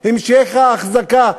המשך ההחזקה,